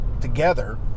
together